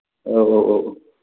औ औ औ